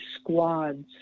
squad's